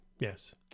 Yes